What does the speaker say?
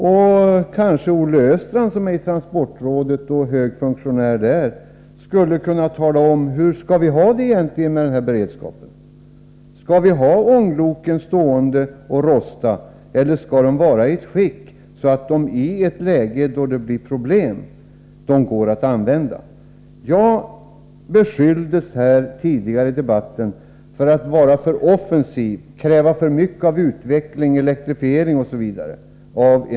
Olle Östrand, som är hög funktionär inom transportrådet, skulle kanske kunna tala om hur vi egentligen skall ha det med denna beredskap. Skall ångloken få förbli stående och rosta, eller skall de vara i ett sådant skick att de i ett läge då det blir problem går att använda? Jag beskylldes av en socialdemokrat tidigare i debatten för att vara för offensiv och kräva alltför mycket av utveckling, elektrifiering osv.